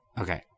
Okay